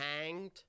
hanged